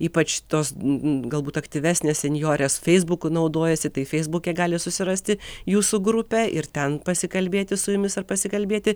ypač tos galbūt aktyvesnės senjorės feisbuku naudojasi tai feisbuke gali susirasti jūsų grupę ir ten pasikalbėti su jumis ar pasikalbėti